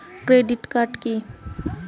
Credit card key?